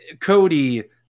Cody